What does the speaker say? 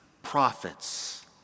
prophets